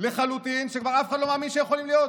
טריוויאליים לחלוטין שכבר אף אחד לא מאמין שיכולים להיות,